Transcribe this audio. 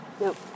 Nope